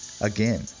Again